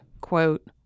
quote